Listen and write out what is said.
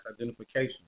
identification